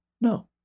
No